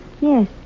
Yes